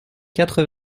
quatre